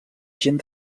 gent